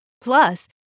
Plus